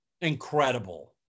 Incredible